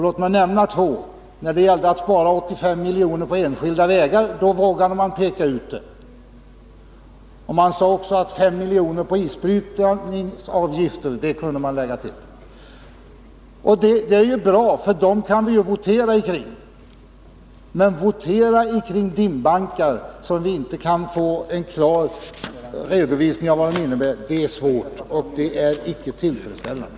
Låt mig nämna två fall. När det gällde att spara 85 milj.kr. på enskilda vägar vågade de sig på ett utpekande, och i fråga om isbrytaravgifter kunde de tänka sig att lägga till 5 milj.kr. Det är ju bra eftersom vi kan votera om detta. Men att votera om dimbankar för vilka det inte går att få någon klar redovisning är svårt och otillfredsställande.